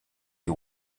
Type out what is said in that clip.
you